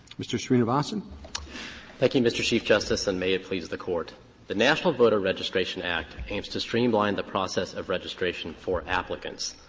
mr. srinivasan? srinivasan thank you, mr. chief justice, and may it please the court the national voter registration act aims to streamline the process of registration for applicants,